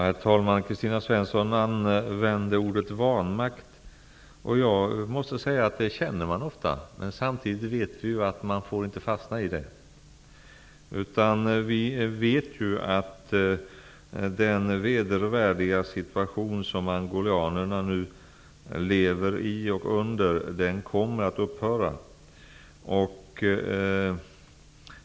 Herr talman! Kristina Svensson använde ordet vanmakt. Jag måste säga att det är något som man ofta känner, men samtidigt vet vi ju att man inte får fastna i den. Vi vet att den vedervärdiga situation som angolanerna nu lever i och under kommer att upphöra.